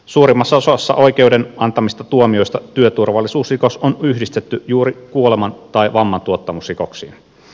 suurimmassa osassa oikeuden antamista tuomioista työturvallisuusrikos on yhdistetty juuri kuoleman tai vammantuottamusrikoksiin